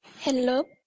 Hello